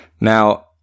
Now